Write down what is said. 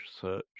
search